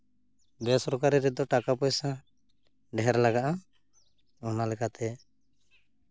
ᱵᱮᱥᱤᱨᱠᱟᱨᱤ ᱨᱮᱫᱚ ᱴᱟᱠᱟ ᱯᱚᱭᱥᱟ ᱰᱷᱮᱨ ᱞᱟᱜᱟᱜᱼᱟ ᱚᱱᱟ ᱞᱮᱠᱟᱛᱮ